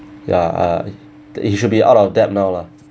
ya uh that he should be out of debt now lah